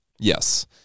Yes